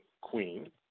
Queen